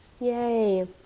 yay